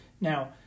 Now